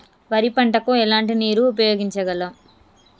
వరి పంట కు ఎలాంటి నీరు ఉపయోగించగలం?